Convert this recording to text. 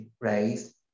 raised